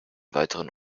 weiteren